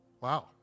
wow